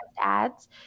ads